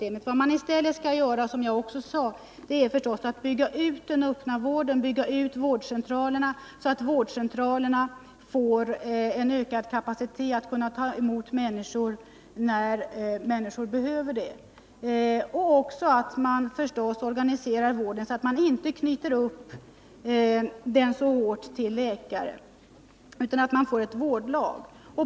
Nr 49 Vad man i stället skall göra är förstås, såsom jag också sade, att bygga ut den öppna vården och att bygga ut vårdcentralerna så att de får ökad kapacitet att ta emot människor när dessa behöver det. Man skall förstås organisera vården så att man inte knyter upp den alltför hårt till läkare, utan så att man får ett vårdlag.